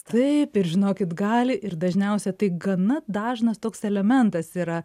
taip ir žinokit gali ir dažniausiai tai gana dažnas toks elementas yra